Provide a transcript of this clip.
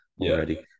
already